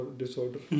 disorder